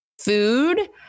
food